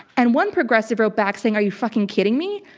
and one progressive wrote back saying, are you fucking kidding me?